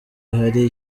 hari